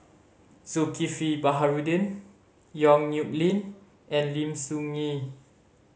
Zulkifli Baharudin Yong Nyuk Lin and Lim Soo Ngee